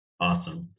Awesome